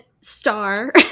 star